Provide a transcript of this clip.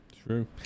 true